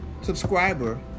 subscriber